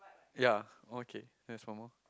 ya okay there's one more